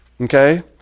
Okay